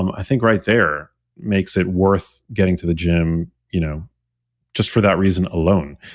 um i think right there makes it worth getting to the gym you know just for that reason alone.